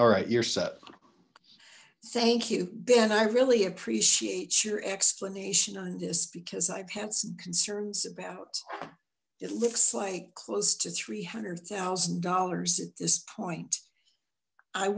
all right you're set thank you ben i really appreciate your explanation on this because i've had some concerns about it looks like close to three hundred thousand dollars at this point i